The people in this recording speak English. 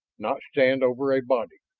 not stand over a body.